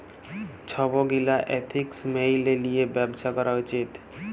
ছব গীলা এথিক্স ম্যাইলে লিঁয়ে ব্যবছা ক্যরা উচিত